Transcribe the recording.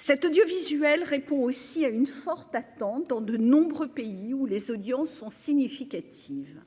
cet audiovisuel répond aussi à une forte attente dans de nombreux pays où les audiences sont significatives,